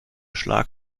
schlag